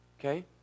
Okay